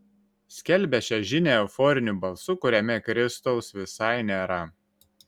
skelbia šią žinią euforiniu balsu kuriame kristaus visai nėra